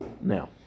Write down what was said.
now